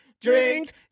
drink